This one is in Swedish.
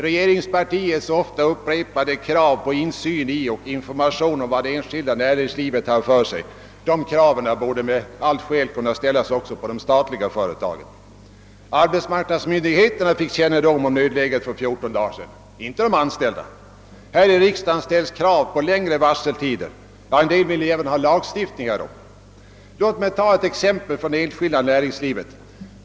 Regeringspartiets många gånger upprepade krav på insyn i och information om det enskilda näringslivet borde med skäl kunna ställas också på de statliga företagen. Arbetsmarknadsmyndigheterna fick kännedom om nödläget för 14 dagar sedan — men inte de anställda. Här i riksdagen har rests krav på längre varseltider, och en del har t.o.m. föreslagit lagstiftning i detta avseende. Låt mig ta ett exempel från det enskilda näringslivet.